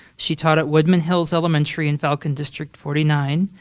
she taught at woodmen hills elementary in falcon district forty nine.